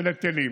של היטלים.